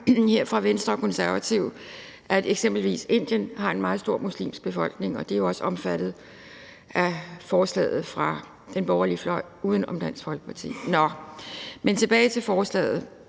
her fra Venstre og Konservative, at eksempelvis Indien har en meget stor muslimsk befolkning, og de er jo også omfattet af forslaget fra den borgerlige fløj uden om Dansk Folkeparti. Nå, men tilbage til forslaget: